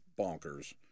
bonkers